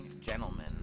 gentlemen